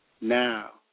now